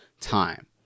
time